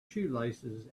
shoelaces